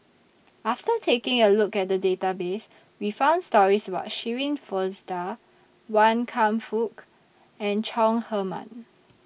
after taking A Look At The Database We found stories about Shirin Fozdar Wan Kam Fook and Chong Heman